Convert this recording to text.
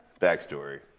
Backstory